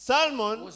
Salmon